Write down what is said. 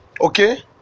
Okay